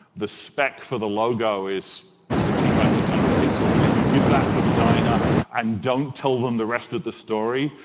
the spec for the logo is sixty five by six hundred pixels. and if you give that to a designer and don't tell them the rest of the story,